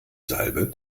salbe